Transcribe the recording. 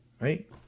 right